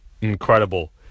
incredible